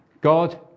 God